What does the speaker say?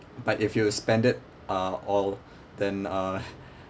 but if you spend it uh all then uh